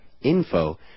info